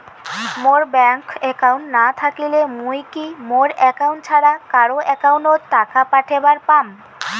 মোর bank account না থাকিলে মুই কি মোর একাউন্ট ছাড়া কারো একাউন্ট অত টাকা পাঠের পাম?